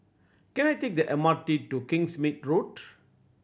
can I take the M R T to Kingsmead Road